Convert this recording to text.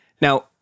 Now